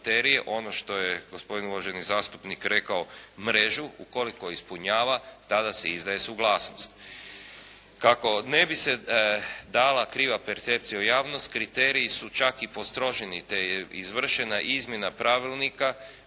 ono što je gospodin uvaženi zastupnik rekao mrežu, ukoliko ispunjava tada se izdaje suglasnost. Kako ne bi se dala kriva percepcija u javnost kriteriji su čak i postroženi te je izvršena izmjena pravilnika